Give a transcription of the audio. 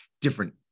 different